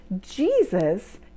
Jesus